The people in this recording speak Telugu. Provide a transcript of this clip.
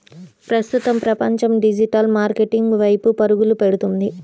ప్రస్తుతం ప్రపంచం డిజిటల్ మార్కెటింగ్ వైపు పరుగులు పెడుతుంది